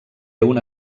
una